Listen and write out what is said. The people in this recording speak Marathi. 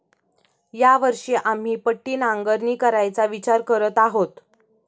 या वर्षी आम्ही पट्टी नांगरणी करायचा विचार करत आहोत